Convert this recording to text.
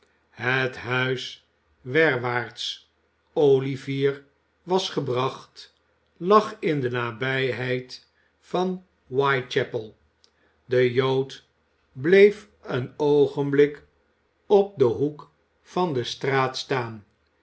het huis werwaarts olivier was gebracht lag in de nabijheid van whitechapel de jood bleef een oogenblik op den hoek van de straat staan